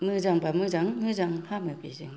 मोजांबा मोजां मोजां हामो बेजोंनो